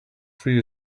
free